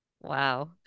Wow